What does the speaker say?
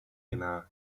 jiná